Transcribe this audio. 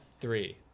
three